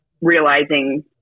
realizing